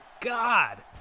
god